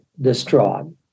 distraught